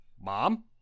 Mom